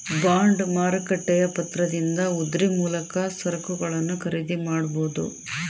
bond ಮಾರುಕಟ್ಟೆಯ ಪತ್ರದಿಂದ ಉದ್ರಿ ಮೂಲಕ ಸರಕುಗಳನ್ನು ಖರೀದಿ ಮಾಡಬೊದು